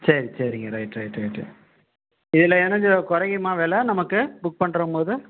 சரி சரிங்க right right right இதில் ஏதனாச்சும் குறையுமா விலை நமக்கு புக் பண்ணுறம் போது